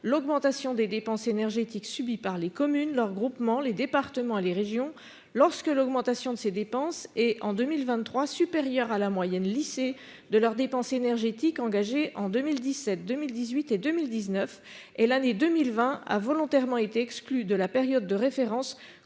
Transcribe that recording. l'augmentation des dépenses énergétiques subie par les communes, leurs groupements, les départements et les régions lorsque celle-ci est, en 2023, supérieure à la moyenne lissée des dépenses énergétiques engagées en 2017, 2018 et 2019. L'année 2020 a volontairement été exclue de la période de référence